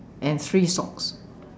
and three socks